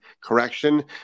correction